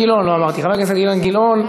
אילן גילאון לא אמרתי, חבר הכנסת אילן גילאון.